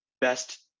best